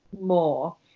more